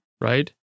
right